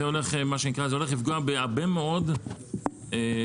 זה הולך לפגוע בהרבה מאוד מובנים.